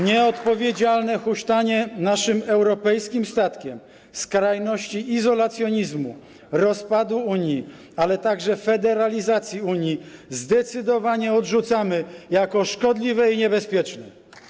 Nieodpowiedzialne huśtanie naszym europejskim statkiem, skrajności izolacjonizmu, rozpadu Unii, ale także federalizacji Unii zdecydowanie odrzucamy jako szkodliwe i niebezpieczne.